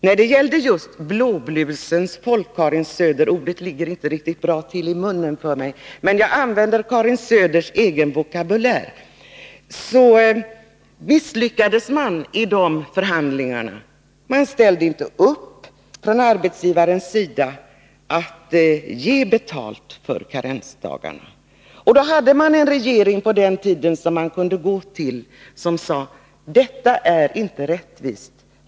När det gäller just blåblusens folk — ordet ligger inte riktigt bra till i munnen för mig, men jag använder Karin Söders egen vokabulär — så misslyckades man i dessa förhandlingar. Man ställde inte upp från arbetsgivarnas sida på att ge betalt för karensdagarna. På den tiden hade man en regering som man kunde gå till, som sade: Detta är inte rättvist.